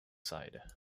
side